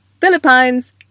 Philippines